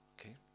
Okay